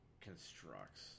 constructs